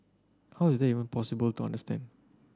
how is that even possible to understand